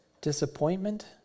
disappointment